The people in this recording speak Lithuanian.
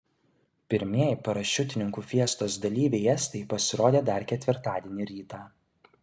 pirmieji parašiutininkų fiestos dalyviai estai pasirodė dar ketvirtadienį rytą